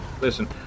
listen